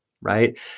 right